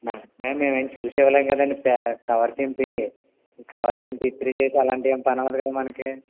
మేమేం చూసి ఇవ్వలేం కదండి ప్యా కవర్ చింపి కవర్ చింపి ఇస్త్రీ చేసి అలాంటివి ఉంటే అణగదు కదండి మనకి